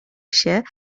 się